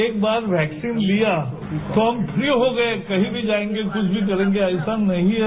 एक बार वैक्सीन लिया तो हम फ्र ी हो गए कहीं भी जाएंगे कुछ भी करेंगे ऐसा नहीं है